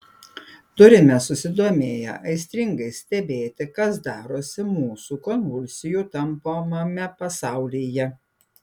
turime susidomėję aistringai stebėti kas darosi mūsų konvulsijų tampomame pasaulyje